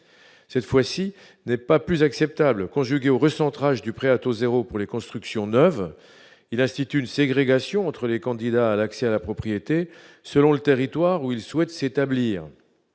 cette fois-ci, n'est pas plus acceptable conjugué au recentrage du prêt à taux 0 pour les constructions neuves, il restitue une ségrégation entre les candidats à l'accès à la propriété, selon le territoire où il souhaite s'établir.